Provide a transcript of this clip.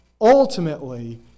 Ultimately